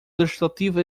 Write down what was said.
legislativo